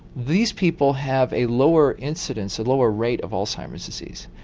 these people have a lower incidence, a lower rate of alzheimer's disease.